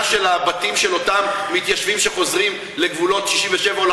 של הבתים של אותם מתיישבים שחוזרים לגבולות 67'?